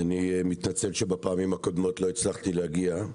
אני מתנצל שבפעמים הקודמות לא הצלחתי להגיע.